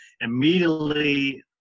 immediately